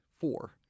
four